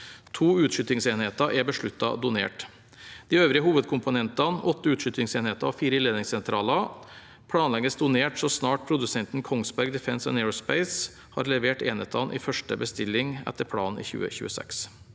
To utskytingssenheter er besluttet donert. De øvrige hovedkomponentene, åtte utskytingsenheter og fire ildledningssentraler, planlegges donert så snart produsenten Kongsberg Defence & Aerospace har levert enhetene i første bestilling, etter planen i 2026.